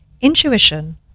Intuition